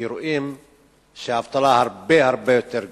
כי רואים שהאבטלה היא הרבה הרבה יותר גבוהה.